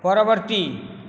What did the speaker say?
ପରବର୍ତ୍ତୀ